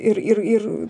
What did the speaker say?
ir ir ir